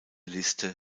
liste